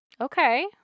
Okay